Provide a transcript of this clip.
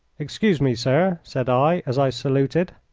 excuse me, sir, said i, as i saluted,